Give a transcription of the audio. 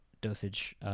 Dosage